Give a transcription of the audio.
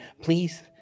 please